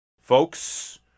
folks